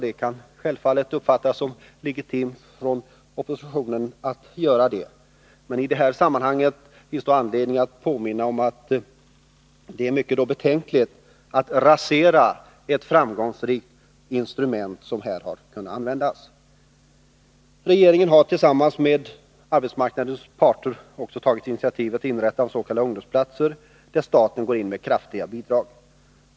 Det kan självfallet uppfattas som ett legitimt krav från oppositionen. Men i detta sammanhang finns det då anledning att påminna om att det är mycket betänkligt att rasera ett framgångsrikt instrument som här har .- kunnat användas. Regeringen har tillsammans med arbetsmarknadens parter också tagit initiativet till inrättandet av s.k. ungdomsplatser, där staten går in med kraftiga bidrag.